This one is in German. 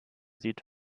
süd